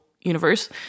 Universe